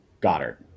Goddard